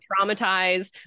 traumatized